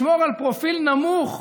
לשמור על פרופיל נמוך,